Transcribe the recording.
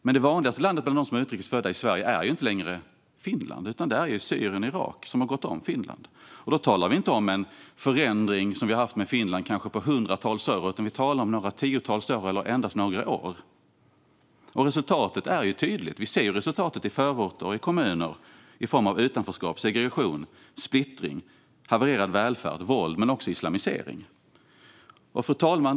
Men det vanligaste landet bland dem som är utrikes födda i Sverige är inte längre Finland, utan Syrien och Irak har gått om Finland. Då talar vi inte om en förändring på hundratals år, som den vi har haft med Finland, utan vi talar om några tiotal år eller endast några år. Resultatet är tydligt; vi ser det i förorter och i kommuner i form av utanförskap, segregation, splittring, havererad välfärd, våld och islamisering. Fru talman!